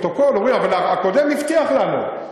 אומרים: אבל הקודם הבטיח לנו.